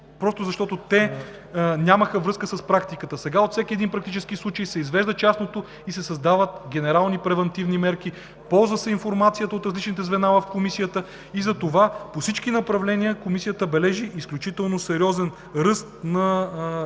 просто защото те нямаха връзка с практиката. Сега от всеки един практически случай се извежда частното и се създават генерални превантивни мерки, ползва се информацията от различните звена в Комисията и затова по всички направления Комисията бележи изключително сериозен ръст на